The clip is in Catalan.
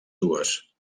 dues